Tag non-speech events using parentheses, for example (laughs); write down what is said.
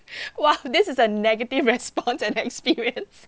!wah! this is a negative response (laughs) and experience